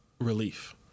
relief